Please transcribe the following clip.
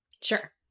Sure